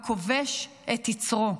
הכובש את יצרו".